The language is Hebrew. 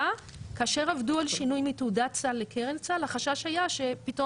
כאשר עבדו על שינוי מתעודת סל לקרן סל החשש היה שפתאום